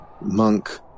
monk